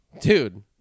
Dude